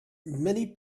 many